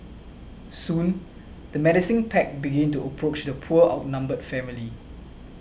soon the menacing pack began to approach the poor outnumbered family